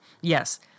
yes